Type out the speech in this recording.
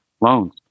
loans